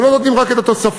ולא נותנים רק את התוספות,